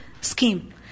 scheme